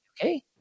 okay